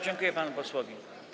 Dziękuję panu posłowi.